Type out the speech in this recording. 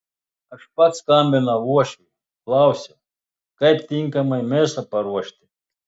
aš pats skambinau uošviui klausiau kaip tinkamai mėsą paruošti